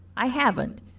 i haven't,